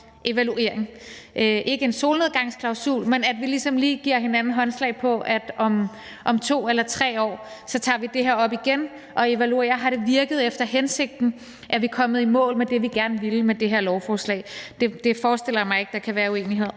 evaluering – ikke en solnedgangsklausul, men det at vi ligesom giver hinanden håndslag på, at vi om 2 eller 3 år tager det her op igen og evaluerer det: Har det virket efter hensigten, er vi kommet i mål med det, vi gerne ville med det her lovforslag? Det forestiller jeg mig ikke der kan være uenighed